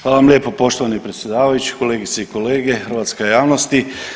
Hvala vam lijepo poštovani predsjedavajući, kolegice i kolege, hrvatska javnosti.